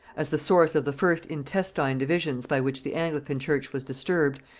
as the source of the first intestine divisions by which the anglican church was disturbed,